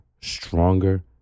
stronger